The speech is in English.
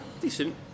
decent